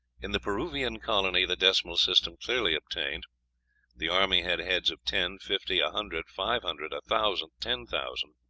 in the peruvian colony the decimal system clearly obtained the army had heads of ten, fifty, a hundred, five hundred, a thousand, ten thousand.